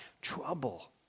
Trouble